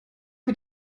wie